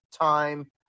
time